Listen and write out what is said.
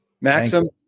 Maxim